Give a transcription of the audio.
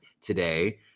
today